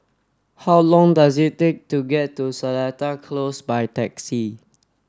how long does it take to get to Seletar Close by taxi